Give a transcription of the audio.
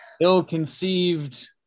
ill-conceived